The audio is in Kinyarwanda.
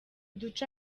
duce